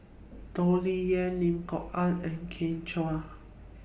Toh Liying Lim Kok Ann and Kin Chui